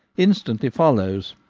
instantly follows,